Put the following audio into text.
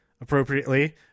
appropriately